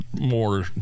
more